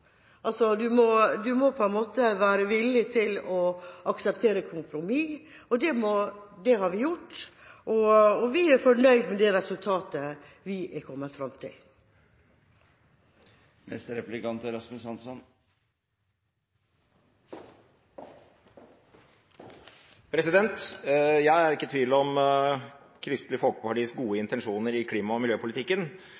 må være villig til å akseptere kompromiss, og det har vi gjort, og vi er fornøyd med det resultatet vi er kommet fram til. Jeg er ikke i tvil om Kristelig Folkepartis gode intensjoner i